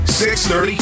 630